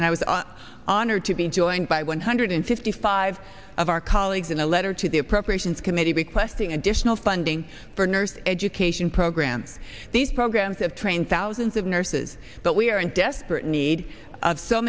and i was honored to be joined by one hundred fifty five of our colleagues in a letter to the appropriations committee requesting additional funding for nurse education program these programs have trained thousands of nurses but we are in desperate need of so